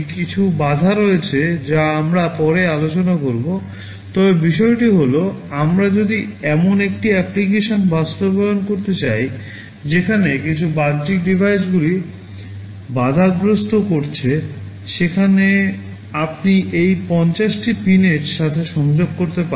কিছু INTERRUPT রয়েছে যা আমরা পরে আলোচনা করব তবে বিষয়টি হল আমরা যদি এমন একটি অ্যাপ্লিকেশন বাস্তবায়ন করতে চাই যেখানে কিছু বাহ্যিক ডিভাইসগুলি INTERRUPTগ্রস্ত করছে সেখানে আপনি এই 50 টি পিনের সাথে সংযোগ করতে পারেন